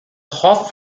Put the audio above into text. hopf